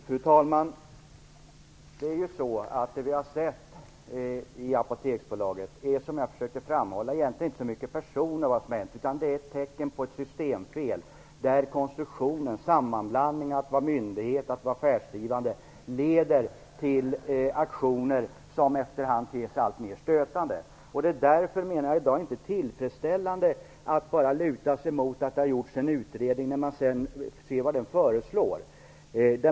Fru talman! Det vi har sett i Apoteksbolaget är, som jag försökte framhålla, ett tecken på ett systemfel, där konstruktionen, sammanblandningen mellan att vara myndighet och affärsdrivande, leder till aktioner som efter hand ter sig alltmer stötande. Det är därför inte tillfredsställande att bara luta sig mot att det har gjorts en utredning, när vi sedan ser vad den föreslår.